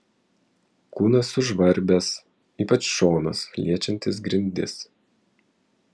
kūnas sužvarbęs ypač šonas liečiantis grindis